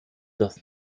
das